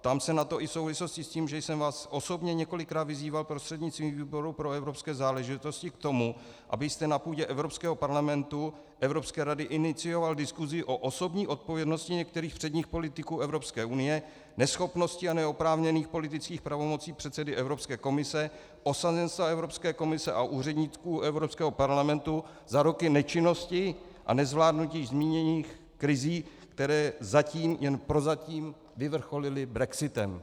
Ptám se na to i v souvislosti s tím, že jsem vás osobně několikrát vyzýval prostřednictvím výboru pro evropské záležitosti k tomu, abyste na půdě Evropského parlamentu, Evropské rady inicioval diskusi o osobní odpovědnosti některých předních politiků Evropské unie, neschopnosti a neoprávněných politických pravomocí předsedy Evropské komise, osazenstva Evropské komise a úředníků Evropského parlamentu za roky nečinnosti a nezvládnutí již zmíněných krizí, které zatím jen prozatím vyvrcholily brexitem.